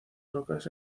rocas